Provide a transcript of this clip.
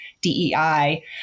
DEI